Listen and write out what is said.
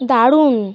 দারুণ